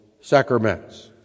sacraments